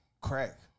crack